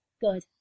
good